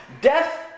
Death